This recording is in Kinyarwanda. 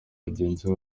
bagenzi